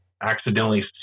accidentally